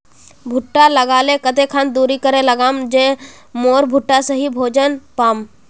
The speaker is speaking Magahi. भुट्टा लगा ले कते खान दूरी करे लगाम ज मोर भुट्टा सही भोजन पाम?